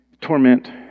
torment